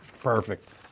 Perfect